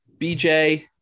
BJ